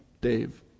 Dave